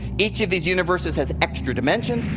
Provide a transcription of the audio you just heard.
each of these universes has extra dimensions.